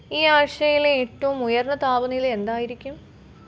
ഈ ആഴ്ച്ചയിലെ ഏറ്റോം ഉയർന്ന താപനില എന്തായിരിക്കും